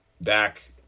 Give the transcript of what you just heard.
back